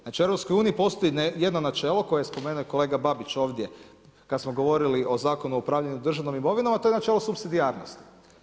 Znači u EU-u postoji jedno načelo koje je spomenuo i kolega Babić ovdje kad smo govorili o Zakonu o upravljanju državnom imovinom, a to je načelo supsidijarnosti.